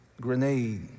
grenade